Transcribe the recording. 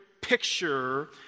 picture